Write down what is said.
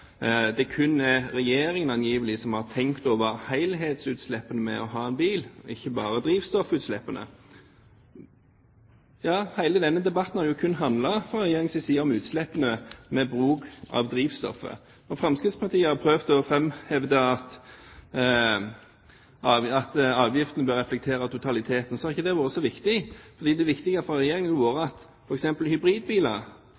det kun er Regjeringen som angivelig har tenkt over helhetsutslippene fra bil, og ikke bare drivstoffutslippene. Ja, hele denne debatten har fra Regjeringens side kun handlet om utslippene fra drivstoff. Når Fremskrittspartiet har prøvd å framheve at avgiftene bør reflektere totaliteten, har ikke det vært så viktig. Det viktige for Regjeringen har vært